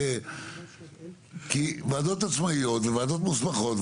כי וועדות עצמאיות וועדות מוסמכות,